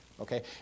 Okay